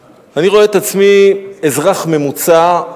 אני רואה את עצמי אזרח ממוצע,